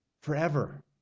forever